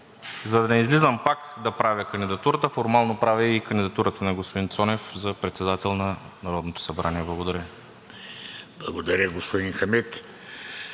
За да не излизам пак да правя кандидатурата, формално правя и кандидатурата на господин Цонев за председател на Народното събрание. Благодаря. ВРЕМЕНЕН ПРЕДСЕДАТЕЛ